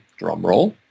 drumroll